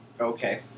Okay